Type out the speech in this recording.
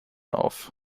auf